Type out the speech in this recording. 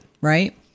Right